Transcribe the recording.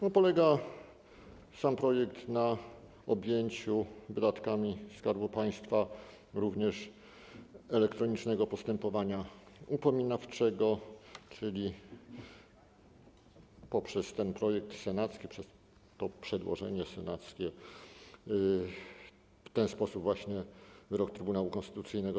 Sam polega projekt na objęciu wydatkami Skarbu Państwa również elektronicznego postępowania upominawczego, czyli poprzez projekt senacki, przez to przedłożenie senackie, w ten właśnie sposób zostanie wykonany wyrok Trybunału Konstytucyjnego.